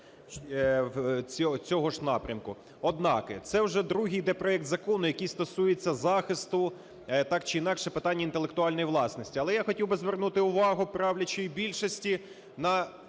Однак це вже другий йде проект закону, який стосується захисту так чи інакше питань інтелектуальної власності. Але я хотів би звернути увагу правлячої більшості на